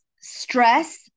stress